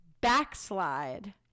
Backslide